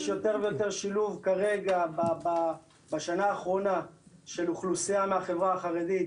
יש יותר ויותר שילוב כרגע בשנה האחרונה של אוכלוסייה מהחברה החרדית.